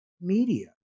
media